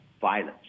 violence